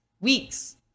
weeks